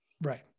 Right